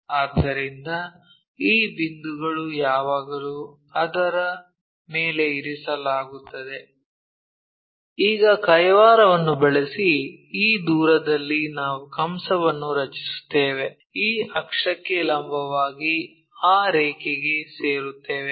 ಆದ್ದರಿಂದ ಈ ಬಿಂದುಗಳು ಯಾವಾಗಲೂ ಅದರ ಮೇಲೆ ಇರಿಸಲಾಗುತ್ತದೆ ಈಗ ಕೈವಾರವನ್ನು ಬಳಸಿ ಈ ದೂರದಲ್ಲಿ ನಾವು ಕಂಸವನ್ನು ರಚಿಸುತ್ತೇವೆ ಈ ಅಕ್ಷಕ್ಕೆ ಲಂಬವಾಗಿ ಆ ರೇಖೆಗೆ ಸೇರುತ್ತೇವೆ